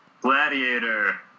Gladiator